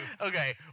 Okay